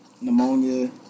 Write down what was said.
pneumonia